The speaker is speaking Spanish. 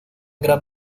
gran